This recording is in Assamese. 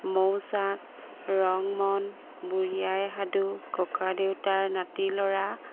মৌচাক ৰংমন বুঢ়ীআই সাধু ককা দেউতাৰ নাতি ল'ৰা